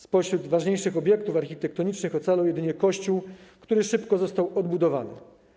Spośród ważniejszych obiektów architektonicznych ocalał jedynie kościół, który szybko został odbudowany.